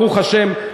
ברוך השם,